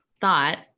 thought